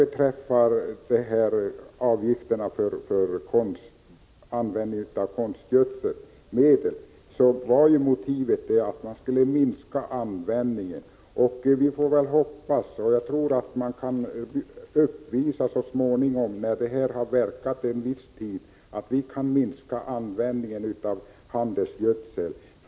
Motivet för att införa avgifter på konstgödselmedel var ju att användningen skulle minskas. Jag hoppas och tror att vi så småningom — när detta system har verkat en tid — kan minska användningen av handelsgödsel.